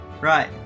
right